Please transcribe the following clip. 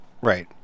Right